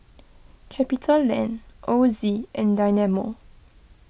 CapitaLand Ozi in Dynamo